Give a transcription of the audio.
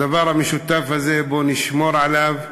הדבר המשותף הזה, בואו נשמור עליו,